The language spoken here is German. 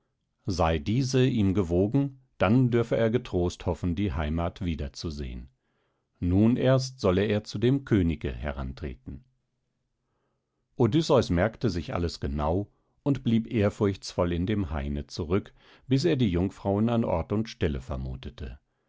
sei diese ihm gewogen dann dürfe er getrost hoffen die heimat wieder zu sehen nun erst solle er zu dem könige herantreten odysseus merkte sich alles genau und blieb ehrfurchtsvoll in dem haine zurück bis er die jungfrauen an ort und stelle vermutete